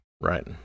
Right